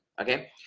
okay